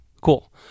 Cool